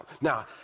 Now